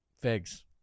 figs